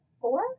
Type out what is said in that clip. four